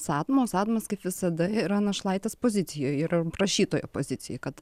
sadmos sadmas kaip visada yra našlaitės pozicijoj yra prašytojo pozicijoj kad